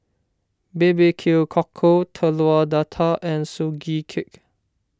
BBQ Cockle Telur Dadah and Sugee Cake